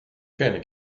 keine